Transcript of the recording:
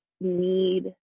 need